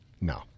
No